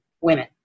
women